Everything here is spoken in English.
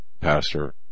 Pastor